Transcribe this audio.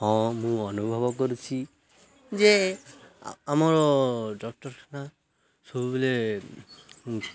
ହଁ ମୁଁ ଅନୁଭବ କରୁଛି ଯେ ଆମର ଡ଼କ୍ଟର୍ଖାନା ସବୁବେଲେ